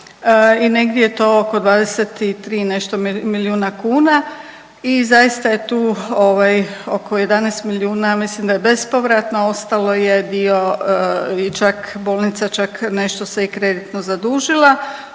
i negdje je to oko 23 i nešto milijuna kuna i zaista je tu oko 11 milijuna ja mislim da je bespovratno, a ostalo je dio i čak bolnica čak nešto se i kreditno zadužila.